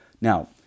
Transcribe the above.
Now